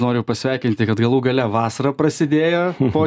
noriu pasveikinti kad galų gale vasara prasidėjo po